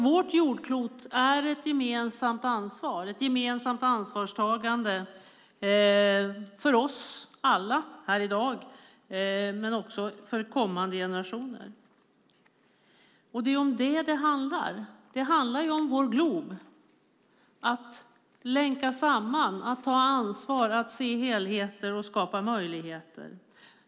Vårt jordklot är ett gemensamt ansvar och ett gemensamt ansvarstagande för oss alla här i dag, men också för kommande generationer. Det är om detta det handlar. Det handlar om vår glob - att länka samman, att ta ansvar, att se helheter och att skapa möjligheter.